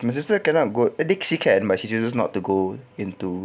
my sister cannot go I think she can but she chooses not to go into